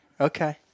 okay